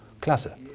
Klasse